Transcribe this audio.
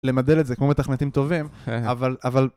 למדל את זה כמו מתכנתים טובים, אבל...